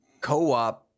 co-op